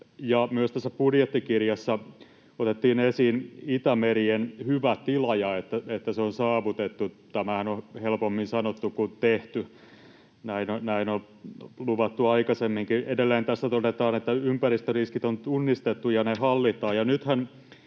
myös budjettikirjassa otettiin esiin Itämeren hyvä tila ja se, että se on saavutettu. Tämähän on helpommin sanottu kuin tehty. Näin on luvattu aikaisemminkin. Edelleen tässä todetaan, että ympäristöriskit on tunnistettu ja ne hallitaan.